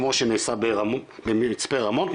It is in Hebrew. כמו שנעשה במצפה רמון,